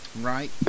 Right